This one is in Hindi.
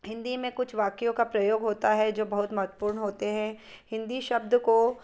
हिंदी में कुछ वाक्यों का प्रयोग होता है जो बहुत महत्वपूर्ण होते हैं हिंदी शब्द को